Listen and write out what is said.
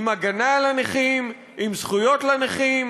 עם הגנה לנכים, עם זכויות לנכים